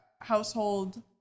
household